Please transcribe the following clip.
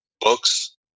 books